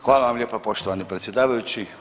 Hvala vam lijepa poštovani predsjedavajući.